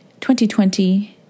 2020